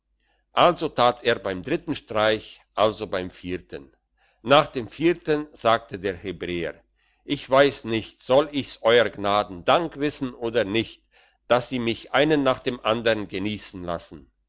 also tat er beim dritten streich also beim vierten nach dem vierten sagte der hebräer ich weiss nicht soll ich's euer gnaden dank wissen oder nicht dass sie mich einen nach dem andern geniessen lassen